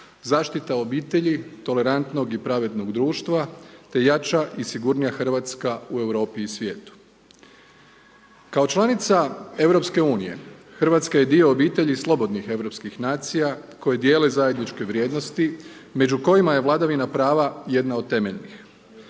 zaštita obitelji, tolerantnog i pravednog društva te jača i sigurnija Hrvatska u Europi i svijetu. Kao članica EU Hrvatska je dio obitelji slobodnih europskih nacija koji dijele zajedničke vrijednosti među kojima je vladavina prva jedna od temeljnih.